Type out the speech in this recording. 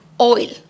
oil